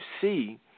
see